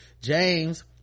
james